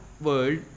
world